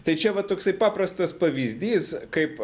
tai čia va toksai paprastas pavyzdys kaip